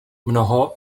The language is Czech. mnoho